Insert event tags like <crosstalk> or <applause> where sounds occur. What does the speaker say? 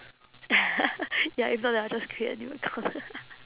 <noise> ya if not then I'll just create a new account <noise>